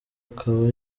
akaba